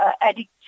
addict